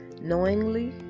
knowingly